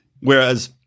whereas